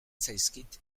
zaizkit